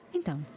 Então